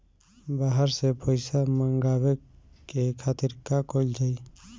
बाहर से पइसा मंगावे के खातिर का कइल जाइ?